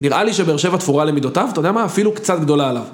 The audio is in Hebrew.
נראה לי שבאר שבע תפורה למידותיו, אתה יודע מה, אפילו קצת גדולה עליו.